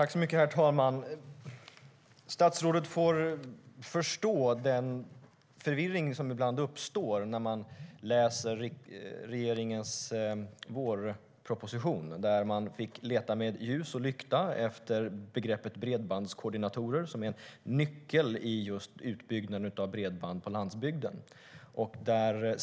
Herr talman! Statsrådet får förstå den förvirring som ibland uppstår när man läser regeringens vårproposition, där man får leta med ljus och lykta efter begreppet bredbandskoordinatorer, som är en nyckel i just utbyggnaden av bredband på landsbygden.